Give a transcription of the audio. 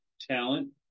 talent